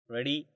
Ready